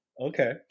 okay